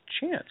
chance